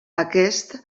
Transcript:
aquest